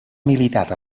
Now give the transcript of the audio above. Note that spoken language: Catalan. militat